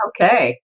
Okay